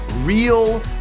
real